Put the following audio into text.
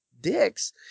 dicks